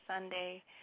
Sunday